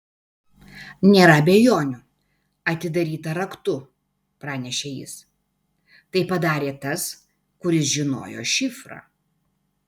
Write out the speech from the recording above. nėra abejonių atidaryta raktu pranešė jis tai padarė tas kuris žinojo šifrą